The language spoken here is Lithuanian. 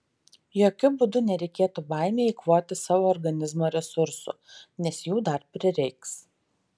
jokiu būdu nereikėtų baimei eikvoti savo organizmo resursų nes jų dar prireiks